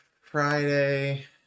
Friday